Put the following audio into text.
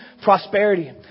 prosperity